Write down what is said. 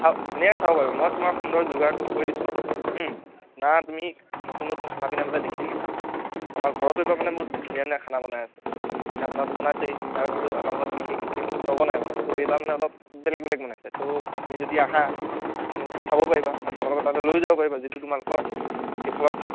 হা ধুনীয়াকৈ চাব পাৰিব মই তোমাৰ সুন্দৰ যোগাৰটো কৰি দিছোঁ আৰু তুমি নতুন নতুন খানা পিনাবিলাক দেখি থাকিবা আমাৰ ঘৰতো এইবাৰ মানে বহুত ধুনীয়া ধুনীয়া খানা বনাই আছে পিঠা পনাতো বনাইছেই তাৰ উপৰিও আমাৰ ঘৰত বিশেষ একো নবনায় মানে কিন্তু এইবাৰ মানে অলপ বেলেগ বেলেগ বনাইছে তো তুমি যদি আহা এইখিনি বস্তু চাব পাৰিবা আৰু তোমালোকৰ তালৈ লৈয়ো যাব পাৰিবা যিটো তোমালোকৰ সেইফালৰ